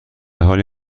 حالی